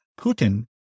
Putin